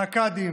הקאדים,